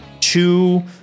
two